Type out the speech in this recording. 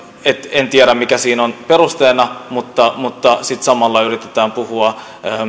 en tiedä mikä siinä on perusteena mutta mutta sitten samalla yritetään puhua